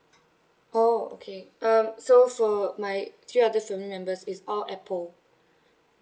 oh okay um so for my three other family members is all apple